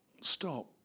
stop